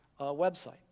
website